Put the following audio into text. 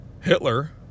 Hitler